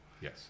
Yes